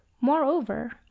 moreover